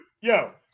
Yo